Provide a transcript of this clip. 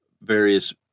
various